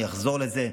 אני אחזור לזה.